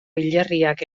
hilerriak